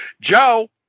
Joe